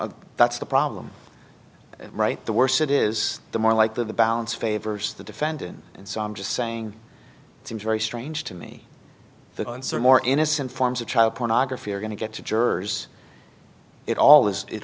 that's the problem right the worse it is the more likely the balance favors the defendant and so i'm just saying it seems very strange to me the more innocent forms of child pornography are going to get to jurors it all is it